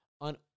on